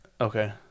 Okay